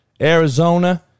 Arizona